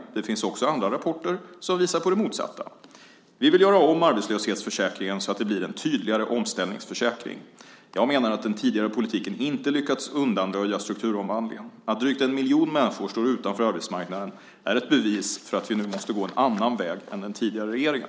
Det finns också andra rapporter som visar på det motsatta. Vi vill göra om arbetslöshetsförsäkringen så att den blir en tydligare omställningsförsäkring. Jag menar att den tidigare politiken inte lyckats understödja strukturomvandlingen. Att drygt en miljon människor står utanför arbetsmarknaden är ett bevis för att vi nu måste gå en annan väg än den tidigare regeringen.